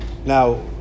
Now